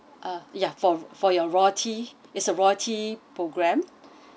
uh ya for for your royalty it's a royalty program